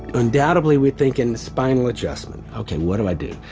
undoubtedly we're thinking spinal adjustment, ok what do i do?